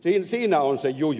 siinä on se juju